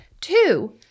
Two